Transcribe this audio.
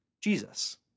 Jesus